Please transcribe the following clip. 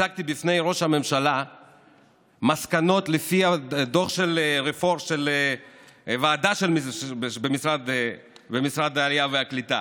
הצגתי בפני ראש הממשלה מסקנות לפי דוח של ועדה במשרד העלייה והקליטה